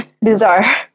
Bizarre